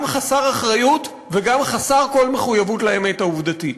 גם חסר אחריות וגם חסר כל מחויבות לאמת העובדתית.